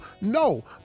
No